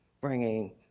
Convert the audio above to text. bringing